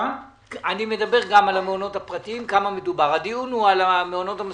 הדיון הוא על המעונות המסובסדים,